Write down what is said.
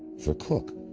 for kook,